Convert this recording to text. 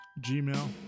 gmail